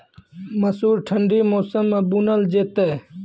मसूर ठंडी मौसम मे बूनल जेतै?